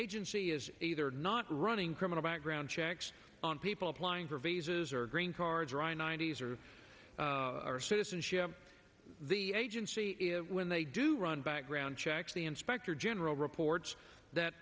agency is either not running criminal background checks on people applying for visas or green cards right ninety's or our citizenship the agency when they do run background checks the inspector general reports that